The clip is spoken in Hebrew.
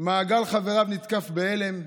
מעגל חבריו נתקף בהלם.